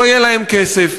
שלא יהיה להם כסף,